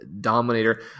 dominator